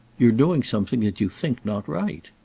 you're doing something that you think not right.